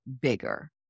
bigger